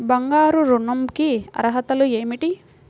బంగారు ఋణం కి అర్హతలు ఏమిటీ?